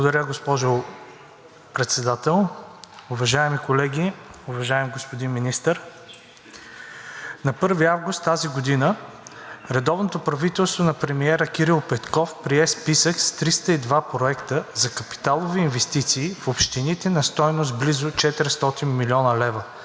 Благодаря, госпожо Председател. Уважаеми колеги, уважаеми господин Министър! На 1 август тази година редовното правителство на премиера Кирил Петков прие списък с 302 проекта за капиталови инвестиции в общините на стойност близо 400 млн. лв.